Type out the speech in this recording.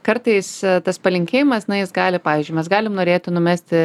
kartais tas palinkėjimas na jis gali pavyzdžiui mes galim norėti numesti